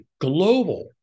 global